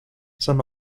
some